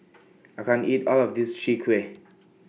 I can't eat All of This Chwee Kueh